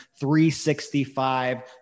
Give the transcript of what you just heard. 365